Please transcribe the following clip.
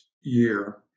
year